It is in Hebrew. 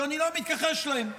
שאני לא מתכחש להם,